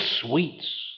sweets